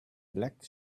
black